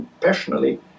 personally